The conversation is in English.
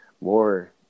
more